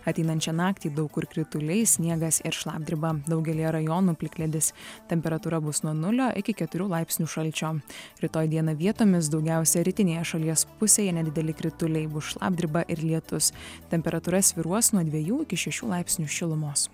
ateinančią naktį daug kur krituliai sniegas ir šlapdriba daugelyje rajonų plikledis temperatūra bus nuo nulio iki keturių laipsnių šalčio rytoj dieną vietomis daugiausia rytinėje šalies pusėje nedideli krituliai bus šlapdriba ir lietus temperatūra svyruos nuo dviejų iki šešių laipsnių šilumos